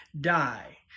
die